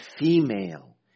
female